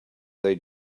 they